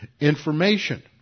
information